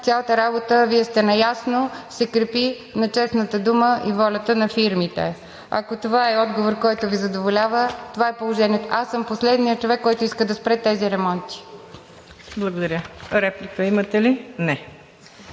цялата работа, Вие сте наясно, се крепи на честната дума и волята на фирмите. Ако това е отговор, който Ви задоволява, това е положението. Аз съм последният човек, който иска да спре тези ремонти. ПРЕДСЕДАТЕЛ МУКАДДЕС НАЛБАНТ: Благодаря. Реплика имате ли? Не.